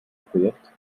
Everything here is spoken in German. projekt